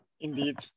Indeed